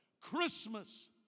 Christmas